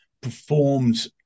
performed